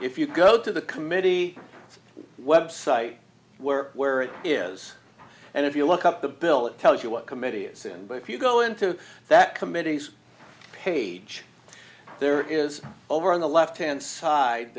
if you go to the committee website work where it is and if you look up the bill it tells you what committee it's in but if you go into that committees page there is over on the left hand side